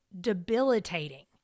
debilitating